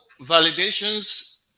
validations